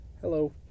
Hello